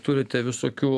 turite visokių